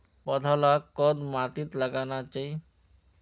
पौधा लाक कोद माटित लगाना चही?